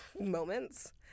moments